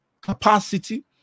capacity